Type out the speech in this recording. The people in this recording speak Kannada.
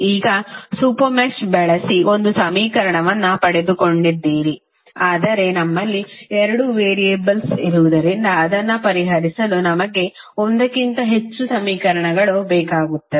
ಈಗ ಸೂಪರ್ ಮೆಶ್ ಬಳಸಿ ಒಂದು ಸಮೀಕರಣವನ್ನು ಪಡೆದುಕೊಂಡಿದ್ದೀರಿ ಆದರೆ ನಮ್ಮಲ್ಲಿ ಎರಡು ವೇರಿಯಬಲ್ಸ್ ಇರುವುದರಿಂದ ಅದನ್ನು ಪರಿಹರಿಸಲು ನಮಗೆ ಒಂದಕ್ಕಿಂತ ಹೆಚ್ಚು ಸಮೀಕರಣಗಳು ಬೇಕಾಗುತ್ತವೆ